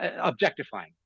objectifying